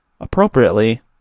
appropriately